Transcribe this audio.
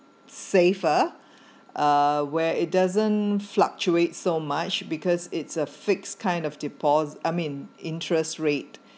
safer uh where it doesn't fluctuate so much because it's a fixed kind of depos~ I mean interest rate